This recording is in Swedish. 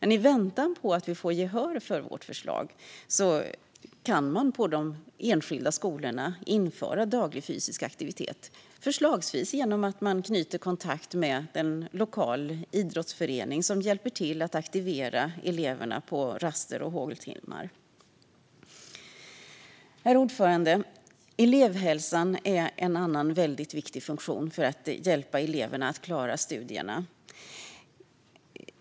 I väntan på att vi får gehör för vårt förslag kan de enskilda skolorna införa daglig fysisk aktivitet, förslagsvis genom att knyta kontakt med en lokal idrottsförening som hjälper till att aktivera eleverna på raster och håltimmar. Herr talman! Elevhälsan är en annan viktig funktion för att vi ska kunna hjälpa eleverna att klara studierna.